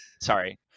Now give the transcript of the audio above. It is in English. sorry